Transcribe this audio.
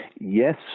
Yes